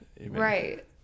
right